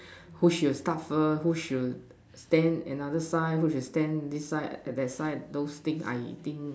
who should start first who should stand another side who should stand this side that side those thing I think